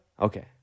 Okay